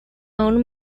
aún